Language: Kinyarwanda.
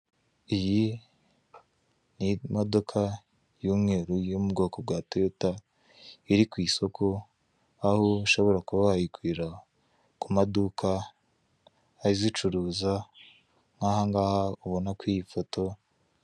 Iyi ni imodoka y'umweru yo mu bwoko bwa TOYOTA, iri ku isoko, aho ushobora kuba wayigurira ku maduka ayizicuruza, nk'aha ngaha ubona ko iyi foto.